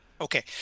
Okay